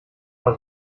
mal